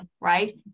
right